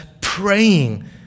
praying